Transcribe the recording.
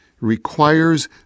requires